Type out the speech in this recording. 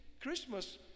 Christmas